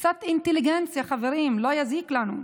קצת אינטליגנציה, חברים, לא יזיק לנו.